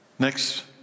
Next